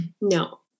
no